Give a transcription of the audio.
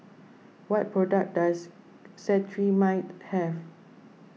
what products does Cetrimide have